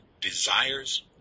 desires